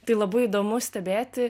tai labai įdomu stebėti